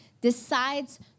decides